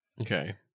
okay